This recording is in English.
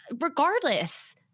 regardless